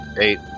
Eight